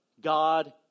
God